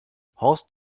horst